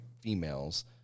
females